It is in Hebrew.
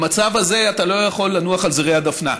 במצב הזה אתה לא יכול לנוח על זרי הדפנה.